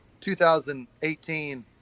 2018